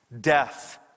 Death